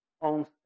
on